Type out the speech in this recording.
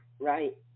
right